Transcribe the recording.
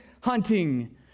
hunting